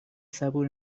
صبور